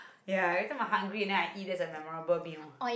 ya every time I hungry and then I eat that's a memorable meal